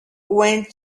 went